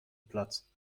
platz